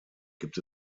gibt